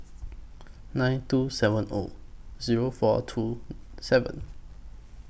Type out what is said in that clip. nine two seven O Zero four two seven